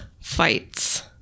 fights